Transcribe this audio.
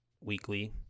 weekly